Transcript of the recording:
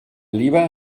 lieber